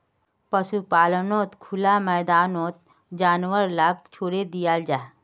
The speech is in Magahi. पशुपाल्नोत खुला मैदानोत जानवर लाक छोड़े दियाल जाहा